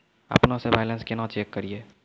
अपनों से बैलेंस केना चेक करियै?